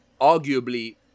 arguably